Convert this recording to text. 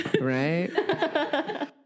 Right